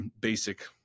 basic